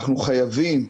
אנחנו חייבים,